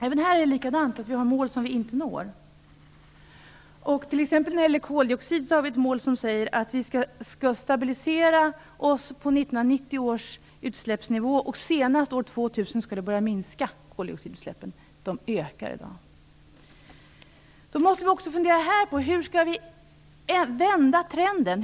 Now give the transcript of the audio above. Även här är det likadant. Det finns mål som vi inte når. När det gäller t.ex. koldioxid finns det ett mål som säger att vi skall stabilisera oss på 1990 års utsläppsnivå, och att koldioxidutsläppen skall börja minska senast år 2000. De ökar i dag. Vi måste också här fundera på hur vi skall vända trenden.